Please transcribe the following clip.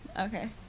Okay